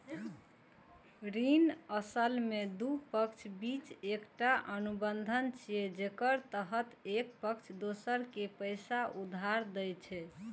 ऋण असल मे दू पक्षक बीच एकटा अनुबंध छियै, जेकरा तहत एक पक्ष दोसर कें पैसा उधार दै छै